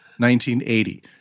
1980